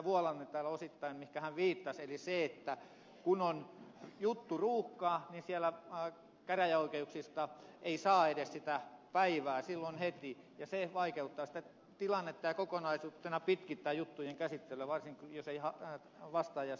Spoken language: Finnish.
vuolanne osittain viittasi että kun on jutturuuhkaa niin käräjäoikeuksista ei saa edes sitä päivää silloin heti ja se vaikeuttaa sitä tilannetta ja kokonaisuutena pitkittää juttujen käsittelyä varsinkin jos ei vastaajaa saada haastettua